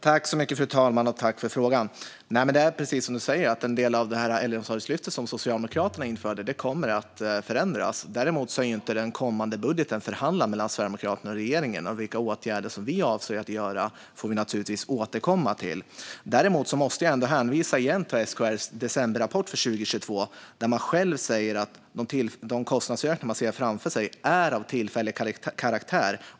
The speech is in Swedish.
Fru talman! Jag tackar ledamoten för frågan. Precis som ledamoten säger kommer en del av Äldreomsorgslyftet som Socialdemokraterna införde att förändras. Däremot är inte den kommande budgeten förhandlad mellan Sverigedemokraterna och regeringen. Vilka åtgärder vi avser att göra får vi naturligtvis återkomma till. Jag måste ändå hänvisa igen till SKR:s ekonomirapport för december 2022, där man själv säger att de kostnadsökningar man ser framför sig är av tillfällig karaktär.